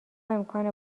امکان